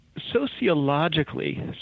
sociologically